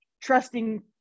trusting